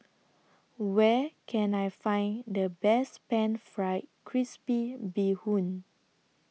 Where Can I Find The Best Pan Fried Crispy Bee Hoon